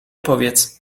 powiedz